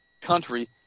country